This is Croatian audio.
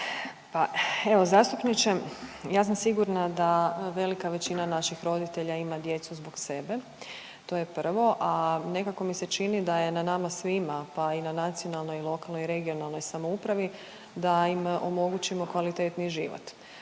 Pa evo zastupniče, ja sam sigurna da velika većina naših roditelja ima djecu zbog sebe, to je prvo. A nekako mi se čini da je na nama svima, pa i na nacionalnoj, lokalnoj i regionalnoj samoupravi da im omogućimo kvalitetniji život.